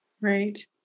Right